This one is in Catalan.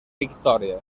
victòria